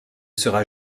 sera